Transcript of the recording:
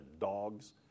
dogs